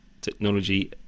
technology